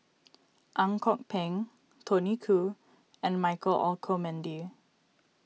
Ang Kok Peng Tony Khoo and Michael Olcomendy